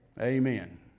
Amen